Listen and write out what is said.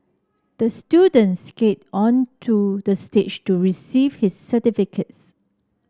the student skated onto the stage to receive his certificates